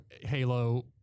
Halo